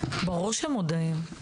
ברור שמודעים.